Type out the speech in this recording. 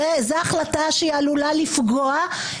זו החלטה שעלולה לפגוע,